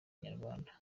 inyarwanda